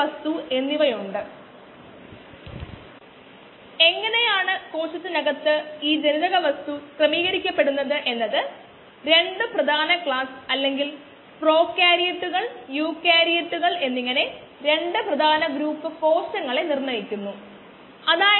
rxVrgVdxdt rxdxdt അതിനാൽ batch ബയോറിയാക്ടറുടെ പ്രത്യേക കേസിൽ വോള്യൂമെട്രിക് റേറ്റ് കോശങ്ങളുടെ സാന്ദ്രതയുടെ ശേഖരണനിരക്കിന് തുല്യമാണ്